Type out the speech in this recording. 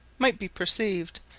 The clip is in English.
might be perceived,